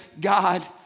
God